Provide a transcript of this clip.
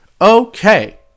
Okay